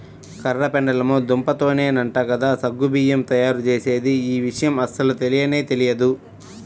కర్ర పెండలము దుంపతోనేనంట కదా సగ్గు బియ్యం తయ్యారుజేసేది, యీ విషయం అస్సలు తెలియనే తెలియదు